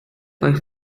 wife